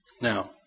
Now